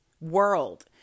world